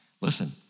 Listen